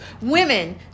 Women